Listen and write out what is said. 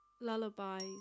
Lullabies